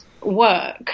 work